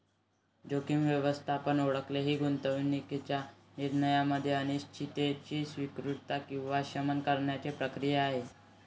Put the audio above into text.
जोखीम व्यवस्थापन ओळख ही गुंतवणूकीच्या निर्णयामध्ये अनिश्चिततेची स्वीकृती किंवा शमन करण्याची प्रक्रिया आहे